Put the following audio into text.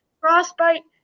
frostbite